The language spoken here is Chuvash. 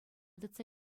тытса